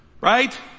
Right